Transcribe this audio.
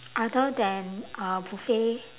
other than uh buffet